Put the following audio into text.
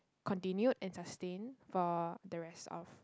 continued and sustained for the rest of